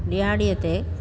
ॾियाड़ीअ ते